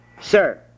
sir